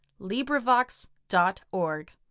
LibriVox.org